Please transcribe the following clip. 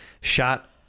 shot